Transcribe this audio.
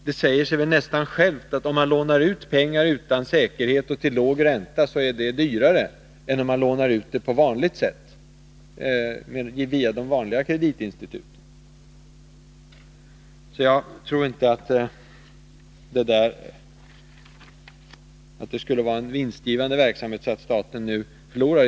Det säger sig väl nästan självt, att om man lånar ut pengar utan säkerhet och till låg ränta, är det dyrare än om man lånar ut dem på vanligt sätt via de vanliga kreditinstituten. Jag tror alltså inte att verksamheten är vinstgivande, så att man nu förlorar pengar genom att minska den.